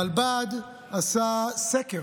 הרלב"ד עשתה סקר,